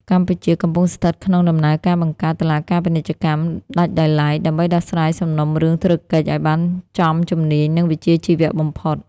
កម្ពុជាកំពុងស្ថិតក្នុងដំណើរការបង្កើត "តុលាការពាណិជ្ជកម្ម" ដាច់ដោយឡែក ដើម្បីដោះស្រាយសំណុំរឿងធុរកិច្ចឱ្យបានចំជំនាញ និងវិជ្ជាជីវៈបំផុត។